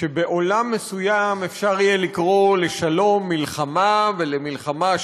שבעולם מסוים יהיה אפשר לקרוא לשלום מלחמה ולמלחמה,